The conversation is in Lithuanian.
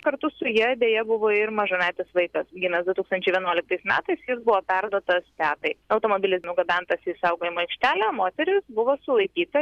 kartu su ja deja buvo ir mažametis vaikas gimęs du tūkstančiai vienuoliktais metais jis buvo perduotas tetai automobilis nugabentas į saugojimo aikštelę moteris buvo sulaikyta